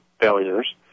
failures